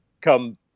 come